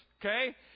Okay